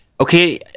okay